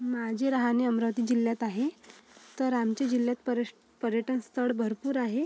माझे राहणे अमरावती जिल्ह्यात आहे तर आमच्या जिल्ह्यात परश् पर्यटनस्थळ भरपूर आहे